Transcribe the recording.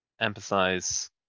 empathize